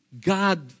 God